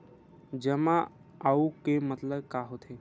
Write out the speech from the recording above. जमा आऊ के मतलब का होथे?